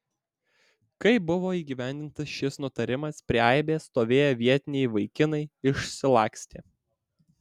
kai buvo įgyvendintas šis nutarimas prie aibės stovėję vietiniai vaikinai išsilakstė